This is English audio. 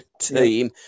team